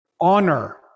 honor